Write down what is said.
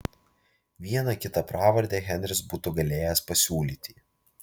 vieną kitą pravardę henris būtų galėjęs pasiūlyti